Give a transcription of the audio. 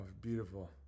beautiful